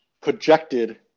projected